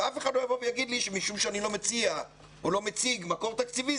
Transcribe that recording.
ואף אחד לא יגיד לי שמשום שאני לא מציע או לא מציג מקור תקציבי,